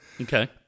Okay